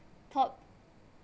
top